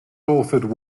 authored